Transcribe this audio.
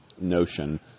notion